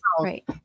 Right